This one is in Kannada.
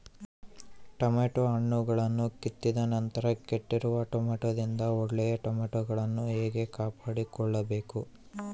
ಟೊಮೆಟೊ ಹಣ್ಣುಗಳನ್ನು ಕಿತ್ತಿದ ನಂತರ ಕೆಟ್ಟಿರುವ ಟೊಮೆಟೊದಿಂದ ಒಳ್ಳೆಯ ಟೊಮೆಟೊಗಳನ್ನು ಹೇಗೆ ಕಾಪಾಡಿಕೊಳ್ಳಬೇಕು?